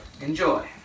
enjoy